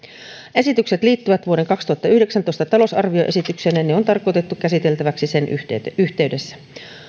esitykset liittyvät vuoden kaksituhattayhdeksäntoista talousarvioesitykseen ja ne on tarkoitettu käsiteltäviksi sen yhteydessä yhteydessä